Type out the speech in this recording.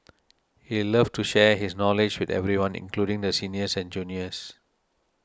he loved to share his knowledge with everyone including the seniors and juniors